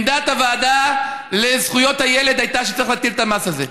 עמדת הוועדה לזכויות הילד הייתה שצריך להטיל את המס הזה.